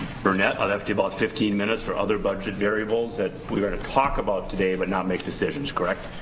burnett, i left you about fifteen minutes for other budget variables that we're gonna talk about today, but not make decisions, correct?